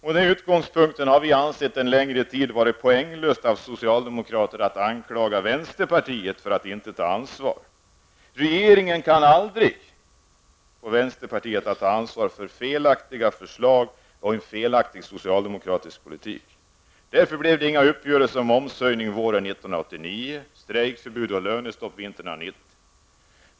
Men denna utgångspunkt har vi länge ansett att det är poänglöst av socialdemokrater att anklaga vänsterpartiet för att inte ta ansvar. Regeringen kan aldrig få vänsterpartiet att ta ansvar för felaktiga förslag eller en felaktig socialdemokratisk politik. Därför blev det inga uppgörelser om momshöjning våren 1989 och strejkförbud och lönestopp vintern 1990.